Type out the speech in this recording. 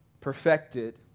perfected